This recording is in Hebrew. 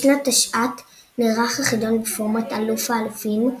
בשנת תשע"ט נערך החידון בפורמט 'אלוף האלופים',